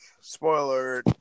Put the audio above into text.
spoiler